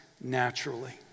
naturally